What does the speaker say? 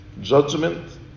judgment